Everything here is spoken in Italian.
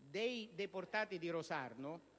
dei deportati di Rosarno